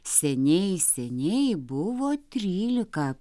seniai seniai buvo trylika